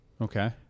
okay